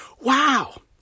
wow